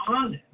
honest